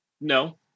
No